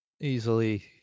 easily